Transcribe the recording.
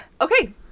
Okay